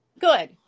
Good